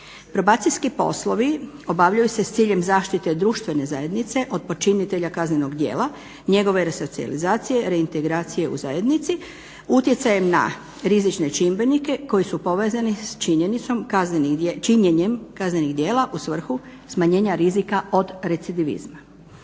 Probacijski poslovi obavljaju se s ciljem zaštite društvene zajednice od počinitelja kaznenog djela, njegove resocijalizacije, reintegracije u zajednici utjecajem na rizične čimbenike koji su povezani s činjenjem kaznenih djela u svrhu smanjenja rizika od recidivizma.